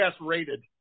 rated